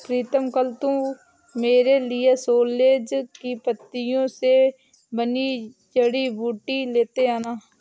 प्रीतम कल तू मेरे लिए सोरेल की पत्तियों से बनी जड़ी बूटी लेते आना